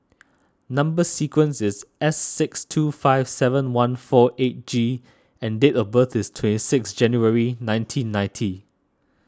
Number Sequence is S six two five seven one four eight G and date of birth is twenty six January nineteen ninety